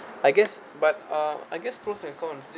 I guess but uh I guess pros and cons